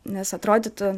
nes atrodytų